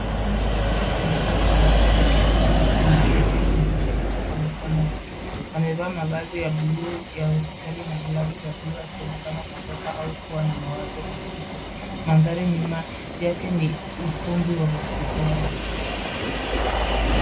Mtu labda mfanyikazi wa afya ameketi chini ukumbini akiwa ameinamisha kichwa kwa mikono yake. Amevaa mavazi ya buluu ya hospitali na glavu za buluu akionekana kuchoka au kuwa na mawazo mazito. Mandhari nyuma yake ni ukumbi wa hospitali.